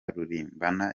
rugimbana